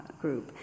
group